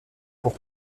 pour